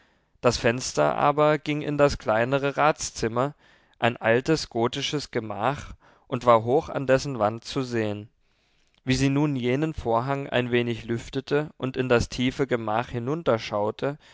das fenster aber ging in das kleinere ratszimmer ein altes gotisches gemach und war hoch an dessen wand zu sehen wie sie nun jenen vorhang ein wenig lüftete und in das tiefe gemach